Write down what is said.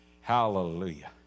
Hallelujah